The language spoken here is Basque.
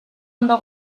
ondo